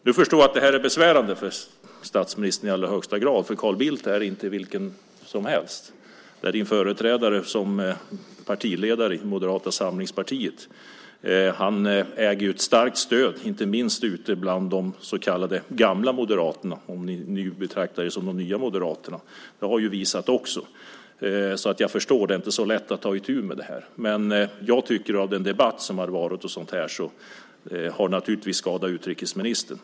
Jag förstår att det här är besvärande för statsministern i allra högsta grad, för Carl Bildt är inte vem som helst. Han är en av dina företrädare som partiledare i Moderata samlingspartiet. Han äger ett starkt stöd inte minst ute bland de så kallade gamla moderaterna. Ni betraktar er ju som de nya moderaterna. Det har visat sig, och jag förstår att det inte är så lätt att ta itu med det här. Den debatt som har förts har naturligtvis skadat utrikesministern.